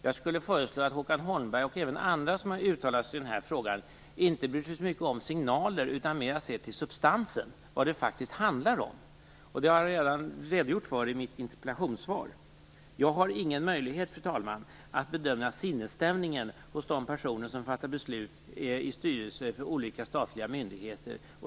Jag skulle vilja föreslå att Håkan Holmberg och även andra som har uttalat sig i den här frågan inte bryr sig så mycket om signaler utan mer ser till substansen, vad det faktiskt handlar om. Detta har jag redan redogjort för i mitt interpellationssvar. Jag har ingen möjlighet, fru talman, att bedöma sinnesstämningen hos de personer som fattar beslut i styrelser för olika statliga myndigheter.